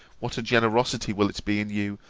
what a generosity will it be in you,